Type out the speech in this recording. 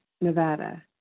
Nevada